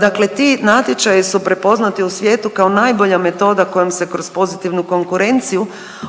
Dakle, ti natječaji su prepoznati u svijetu kao najbolja metoda kojom se kroz pozitivnu konkurenciju